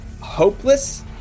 Hopeless